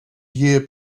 year